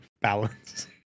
balance